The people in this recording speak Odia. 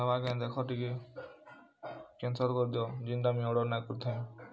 ହବା କେ ଦେଖ ଟିକେ କ୍ୟାନ୍ସେଲ୍ କରି ଦିଅ ଯେନ୍ତା ମୁଇଁ ଅର୍ଡ଼ର୍ ନା କରିଥି